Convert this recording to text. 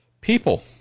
people